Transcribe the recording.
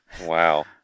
wow